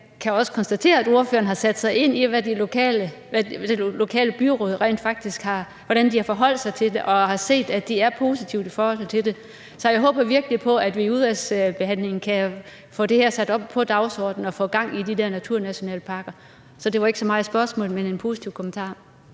Jeg kan også konstatere, at ordføreren har sat sig ind i, hvordan det lokale byråd rent faktisk har forholdt sig til det, og har set, at de er positive over for det. Så jeg håber virkelig, at vi i udvalgsbehandlingen kan få det her på dagsordenen og få gang i de der naturnationalparker. Så det var ikke så meget et spørgsmål, men en positiv kommentar.